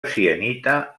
sienita